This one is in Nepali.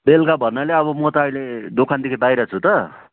बेलुका भन्नाले अब म त अहिले दोकानदेखि बाहिर छु त